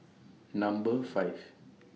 Number five